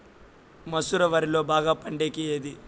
మసూర వరిలో బాగా పండేకి ఏది?